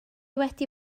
wedi